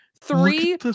Three